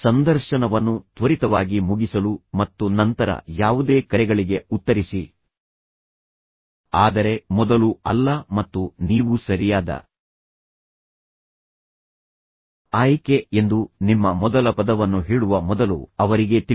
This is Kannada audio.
ಸಂದರ್ಶನವನ್ನು ತ್ವರಿತವಾಗಿ ಮುಗಿಸಲು ಮತ್ತು ನಂತರ ಯಾವುದೇ ಕರೆಗಳಿಗೆ ಉತ್ತರಿಸಿ ಆದರೆ ಮೊದಲು ಅಲ್ಲ ಮತ್ತು ನೀವು ಸರಿಯಾದ ಆಯ್ಕೆ ಎಂದು ನಿಮ್ಮ ಮೊದಲ ಪದವನ್ನು ಹೇಳುವ ಮೊದಲು ಅವರಿಗೆ ತಿಳಿಸಿ